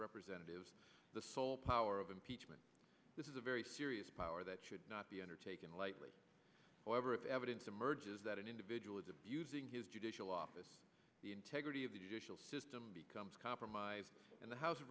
representatives the sole power of impeachment this is a very serious power that should not be undertaken lightly however if evidence emerges that an individual is abusing his judicial office the integrity of the traditional system becomes compromised and the house of